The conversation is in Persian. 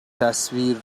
تصویر